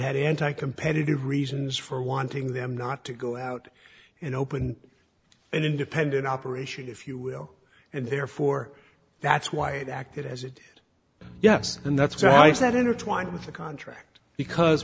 had anti competitive reasons for wanting them not to go out and open an independent operation if you will and therefore that's why it acted as it yes and that's why i said intertwined with the contract because